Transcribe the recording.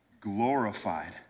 glorified